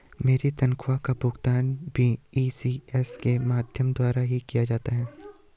मेरी तनख्वाह का भुगतान भी इ.सी.एस के माध्यम द्वारा ही किया जाता है